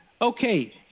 Okay